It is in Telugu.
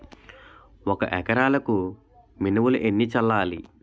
ఒక ఎకరాలకు మినువులు ఎన్ని చల్లాలి?